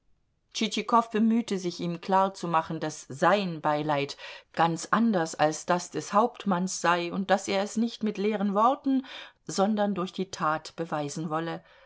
bemühte sich ihm klarzumachen daß sein beileid ganz anders als das des hauptmanns sei und daß er es nicht mit leeren worten sondern durch die tat beweisen wolle